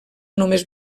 només